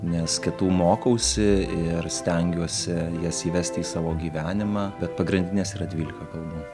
nes kitų mokausi ir stengiuosi jas įvesti į savo gyvenimą bet pagrindinės yra dvylika kalbų